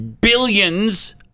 billions